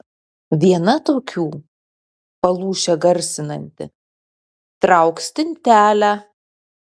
viena tokių palūšę garsinanti trauk stintelę